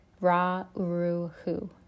Ra-Uru-Hu